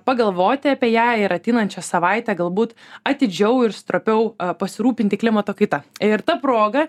pagalvoti apie ją ir ateinančią savaitę galbūt atidžiau ir stropiau pasirūpinti klimato kaita ir ta proga